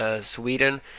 Sweden